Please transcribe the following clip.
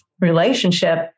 relationship